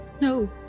no